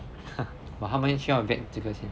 but 他们需要 reject 这个先